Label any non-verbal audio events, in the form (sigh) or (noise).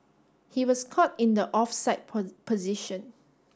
he was caught in the offside (unintelligible) position